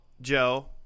joe